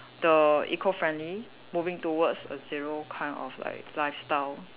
the eco friendly moving towards a zero kind of like lifestyle